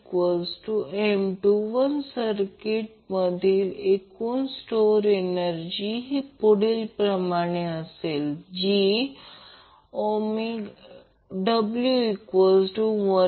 किंवा RL 2 L C 0 म्हणजे RL 2 L C त्याचप्रमाणे RC 2 L C 0 म्हणजे RC 2 L C